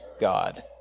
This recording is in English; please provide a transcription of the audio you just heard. God